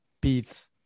beats